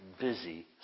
busy